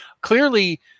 Clearly